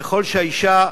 ככל שהאשה,